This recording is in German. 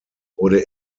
wurde